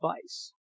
device